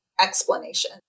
explanation